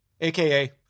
AKA